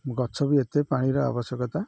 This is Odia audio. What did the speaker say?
ଗଛ ବି ଏତେ ପାଣିର ଆବଶ୍ୟକତା